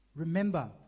Remember